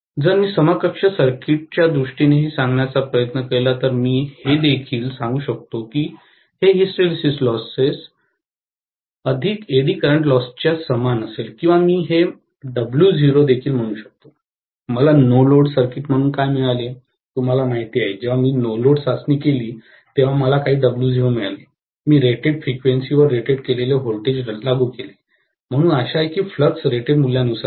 जर मी समकक्ष सर्किटच्या दृष्टीने हे सांगण्याचा प्रयत्न केला तर मी हे देखील सांगू शकतो की हे हिस्टेरिसिस लॉस अधिक एडी करंट लॉसच्या समान असेल किंवा मी हे W0 देखील म्हणू शकतो मला नो लोड सर्किट म्हणून काय मिळाले तुम्हाला माहिती आहे जेव्हा मी नो लोड चाचणी केली तेव्हा मला काही W0 मिळाले मी रेटेड फ्रिक्वेन्सी वर रेटेड केलेले व्होल्टेज लागू केले म्हणून आशा आहे की फ्लक्स रेटेड मूल्यानुसार आहे